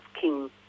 King